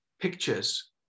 pictures